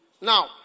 Now